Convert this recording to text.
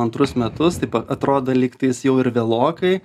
antrus metus taip atrodo lygtais jau ir vėlokai